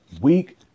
week